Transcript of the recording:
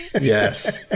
yes